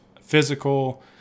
physical